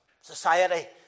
society